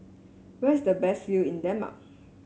where is the best view in Denmark